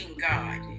God